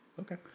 Okay